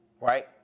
Right